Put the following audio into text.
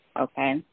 okay